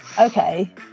Okay